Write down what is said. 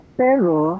pero